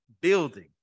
building